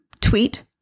tweet